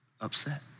upset